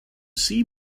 see